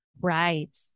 Right